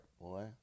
Boy